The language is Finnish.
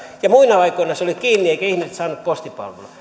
ja muina aikoina se oli kiinni eivätkä ihmiset saaneet postipalveluja